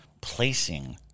placing